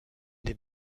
den